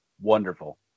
wonderful